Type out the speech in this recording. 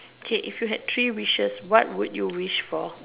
okay if you have three wishes what would you wish for